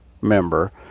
member